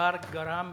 הדבר גרם